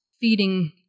feeding